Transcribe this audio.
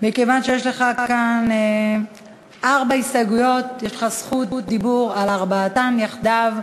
מכיוון שיש לך כאן ארבע הסתייגויות יש לך זכות דיבור על ארבעתן יחדיו.